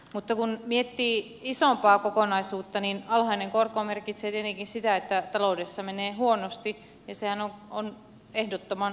mutta kun miettii isompaa kokonaisuutta niin alhainen korko merkitsee tietenkin sitä että taloudessa menee huonosti ja sehän on ehdottoman huono asia